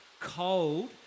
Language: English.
cold